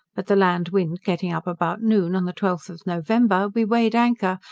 but the land wind getting up about noon, on the twelfth of november we weighed anchor,